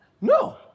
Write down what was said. No